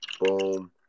Boom